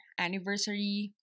Anniversary